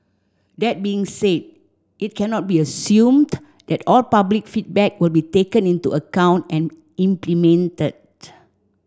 that being said it cannot be assumed that all public feedback will be taken into account and implemented